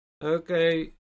Okay